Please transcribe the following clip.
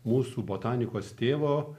mūsų botanikos tėvo